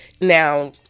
now